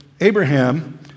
Abraham